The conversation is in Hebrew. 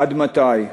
עד מתי?